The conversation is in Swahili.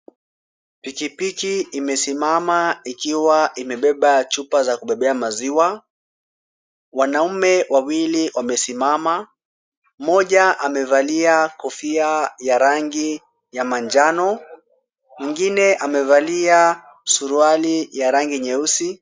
Pikipiki imesimama ikiwa imebeba chupa za kubebea maziwa. Wanaume wawili wamesimama, mmoja amevalia kofia ya rangi ya manjano. Mwingine amevalia suruali ya rangi nyeusi.